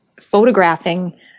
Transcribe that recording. photographing